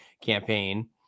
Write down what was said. campaign